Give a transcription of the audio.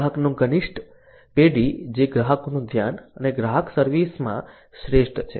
ગ્રાહકનું ઘનિષ્ઠ પેઢી જે ગ્રાહકોનું ધ્યાન અને ગ્રાહક સર્વિસ માં શ્રેષ્ઠ છે